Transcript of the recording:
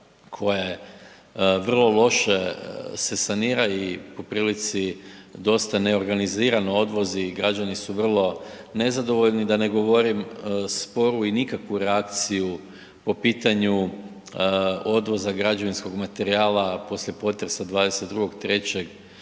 koje vrlo loše se sanira i po prilici dosta neorganizirano odvozi i građani su vrlo nezadovoljni, da ne govorim sporu i nikakvu reakciju po pitanju odvoza građevinskog materijala poslije potresa 22.3.